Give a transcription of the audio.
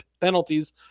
penalties